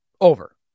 over